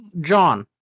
John